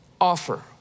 offer